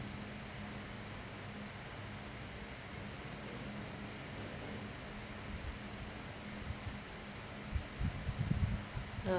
uh